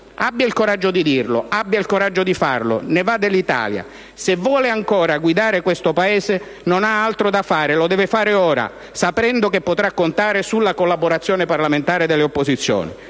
abbia il coraggio di dirlo, abbia e il coraggio di farlo; ne va dell'Italia. Se vuole ancora guidare questo Paese, non ha altro da fare e lo deve fare ora, sapendo che potrà contare sulla collaborazione parlamentare delle opposizioni;